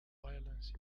violence